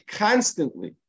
constantly